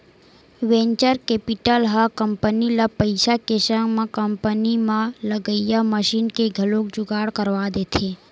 venture capital ह company ल पइसा के संग म कंपनी म लगइया मसीन के घलो जुगाड़ करवा देथे